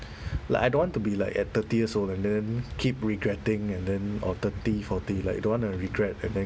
like I don't want to be like at thirty years old and then keep regretting and then or thirty forty like don't want to regret and then